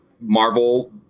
Marvel